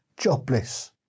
Jobless